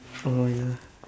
oh ya